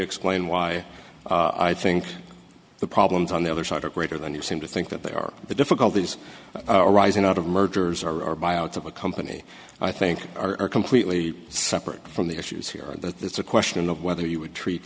explain why i think the problems on the other side are greater than you seem to think that they are the difficulties arising out of mergers or buyouts of a company i think are completely separate from the issues here that it's a question of whether you would treat